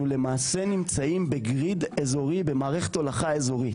אנחנו למעשה נמצאים במערכת הולכה אזורית.